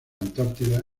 antártida